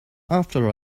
after